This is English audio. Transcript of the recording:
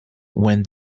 when